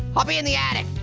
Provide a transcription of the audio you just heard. i'll be in the attic.